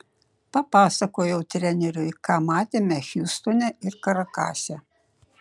papasakojau treneriui ką matėme hjustone ir karakase